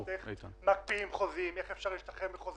אין פה עידוד ליזמות, אין פה עוד מלא דברים אחרים.